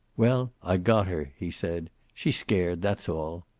well, i got her, he said. she's scared, that's all.